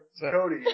Cody